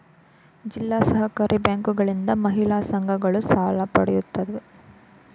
ಜಿಲ್ಲಾ ಸಹಕಾರಿ ಬ್ಯಾಂಕುಗಳಿಂದ ಮಹಿಳಾ ಸಂಘಗಳು ಸಾಲ ಪಡೆಯುತ್ತವೆ